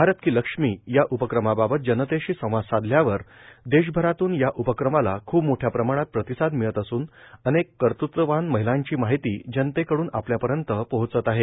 भारत की लक्ष्मी या उपक्रमाबाबत जनतेशी संवाद साधल्यावर देशभरातून या उपक्रमाला खूप मोठ्या प्रमाणात प्रतिसाद मिळत असून अनेक कर्तृत्ववान महिलांची माहिती जनतेकड़न आपल्यापर्यंत पोहोचत आहे